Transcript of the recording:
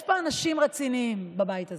יש אנשים רציניים בבית הזה.